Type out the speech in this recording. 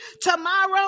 tomorrow